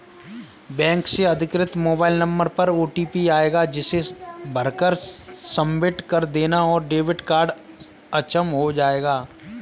bank से अधिकृत mobile number पर ओटीपी आएगा जिसे भरकर सबमिट कर देना है और डेबिट कार्ड अक्षम हो जाएगा